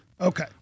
Okay